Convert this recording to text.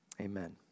Amen